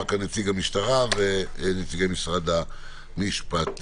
כאן נציג המשטרה ולנציגי משרד המשפטים.